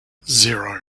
zero